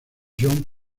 john